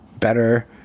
better